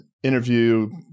Interview